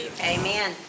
Amen